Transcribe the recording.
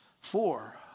Four